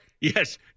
Yes